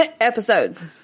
episodes